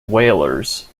whalers